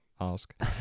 ask